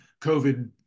COVID